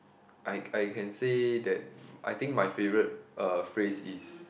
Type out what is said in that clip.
I I can say that I think my favourite uh phrase is